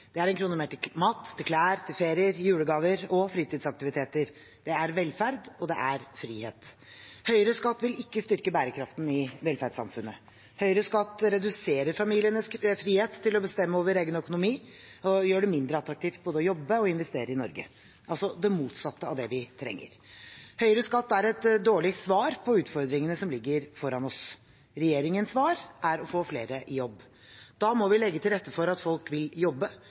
Det er en krone mer til mat, til klær, til ferier, til julegaver og til fritidsaktiviteter. Det er velferd, og det er frihet. Høyere skatt vil ikke styrke bærekraften i velferdssamfunnet. Høyere skatt reduserer familienes frihet til å bestemme over egen økonomi og gjør det mindre attraktivt både å jobbe og å investere i Norge – altså det motsatte av det vi trenger. Høyere skatt er et dårlig svar på utfordringene som ligger foran oss. Regjeringens svar er å få flere i jobb. Da må vi legge til rette for at folk vil jobbe,